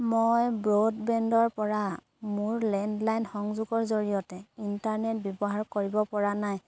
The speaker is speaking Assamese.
মই ব্ৰডবেণ্ডৰপৰা মোৰ লেণ্ডলাইন সংযোগৰ জৰিয়তে ইণ্টাৰনেট ব্যৱহাৰ কৰিব পৰা নাই